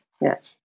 Yes